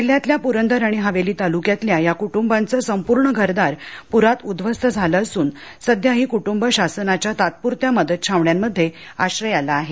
जिल्ह्यातल्या पुरंदर आणि हवेली तालुक्यातल्या या कुटुंबांच संपूर्ण घरदार पुरात उद्ध्वस्त झालं असून सध्या हि क्ट्ंब शासनाच्या तात्पुरत्या मदत छावण्यांमध्ये आश्रयाला आहेत